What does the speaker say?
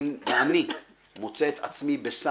ואני מוצא את עצמי בסד